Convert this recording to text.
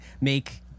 make